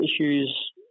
issues